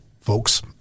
folks